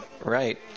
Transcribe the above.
Right